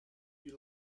you